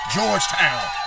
Georgetown